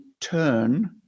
turn